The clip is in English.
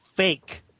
Fake